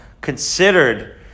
considered